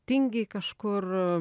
tingiai kažkur